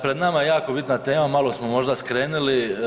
Pred nama je jako bitna tema, malo smo možda skrenuli.